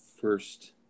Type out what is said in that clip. first